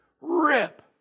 rip